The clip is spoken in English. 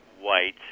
white